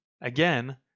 again